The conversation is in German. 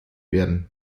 werden